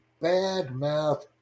badmouth